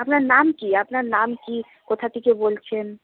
আপনার নাম কী আপনার নাম কী কোথা থেকে বলছেন